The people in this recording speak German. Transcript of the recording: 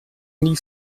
nie